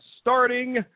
starting